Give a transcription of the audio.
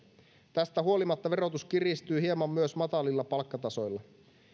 tästä huolimatta verotus kiristyy hieman myös matalilla palkkatasoilla